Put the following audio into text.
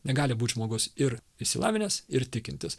negali būt žmogus ir išsilavinęs ir tikintis